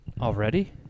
Already